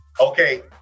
Okay